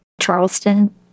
Charleston